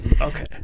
Okay